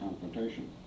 confrontation